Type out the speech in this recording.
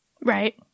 Right